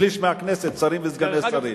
שליש מהכנסת שרים וסגני שרים.